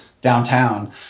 downtown